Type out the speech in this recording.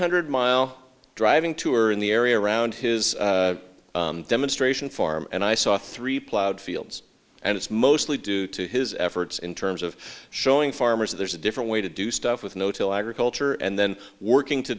hundred mile driving tour in the area around his demonstration farm and i saw three ploughed fields and it's mostly due to his efforts in terms of showing farmers there's a different way to do stuff with no tail agriculture and then working to